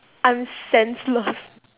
I'm senseless